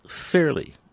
fairly